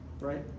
right